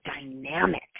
dynamic